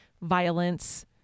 violence